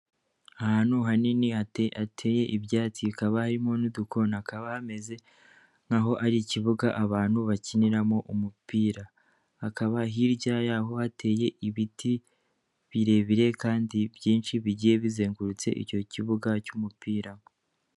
Ahantu hanini hateye ibyatsi bikaba harimo n'udukoni hakaba hameze nk'aho ari ikibuga abantu bakiniramo umupira hakaba hirya y'aho hateye ibiti birebire kandi byinshi bigiye bizengurutse icyo kibuga cy'umupira.